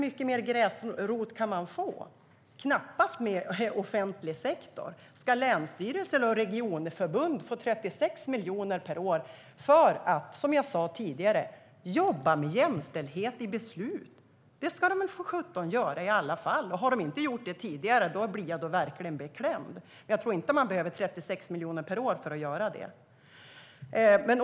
Mycket mer gräsrot kan man knappast få i offentlig sektor. Ska länsstyrelser och regionförbund få 36 miljoner per år för att, som jag sa tidigare, jobba med jämställdhet i beslut? Det ska de väl för sjutton göra i alla fall, och har de inte gjort det tidigare blir jag då verkligen beklämd. Jag tror inte att man behöver 36 miljoner per år för att göra det.